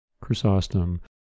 Chrysostom